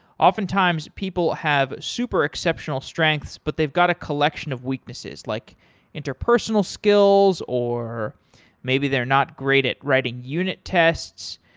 oftentimes people have super exceptional strengths but they've got a collection of weaknesses, like interpersonal skills, or maybe they're not great at writing unit tests.